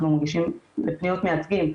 אנחנו מגישים לפניות מייצגים,